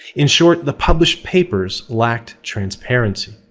in short, the published papers lacked transparency.